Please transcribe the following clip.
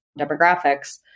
demographics